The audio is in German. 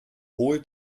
hohe